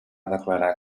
declarar